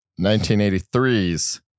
1983's